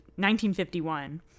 1951